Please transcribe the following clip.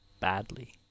badly